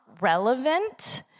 relevant